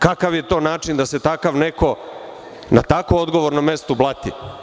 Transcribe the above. Kakav je to način da se takav neko na tako odgovornom mestu blati?